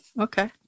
Okay